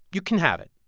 you can have it.